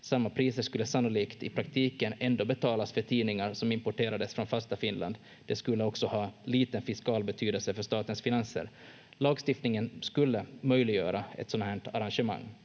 Samma priser skulle sannolikt i praktiken ändå betalas för tidningar som importerades från fasta Finland. Det skulle också ha liten fiskal betydelse för statens finanser. Lagstiftningen skulle möjliggöra ett sådant här arrangemang,